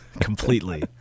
completely